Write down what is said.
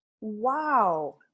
Wow